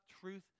truth